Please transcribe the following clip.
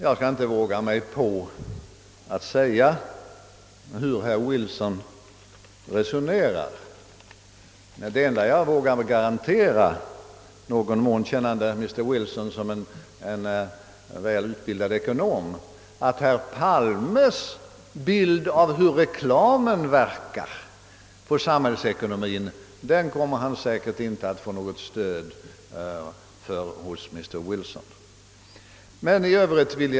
Jag skall inte våga mig in på någon analys av hur herr Wilson resonerar. Det enda jag vågar garantera — i någon mån kännande mr Wilson som en väl utbildad ekonom — är att herr Palme säkerligen inte kommer att få något stöd hos denne för sin bild av hur reklamen verkar på samhällsekonomien.